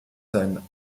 sein